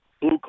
blue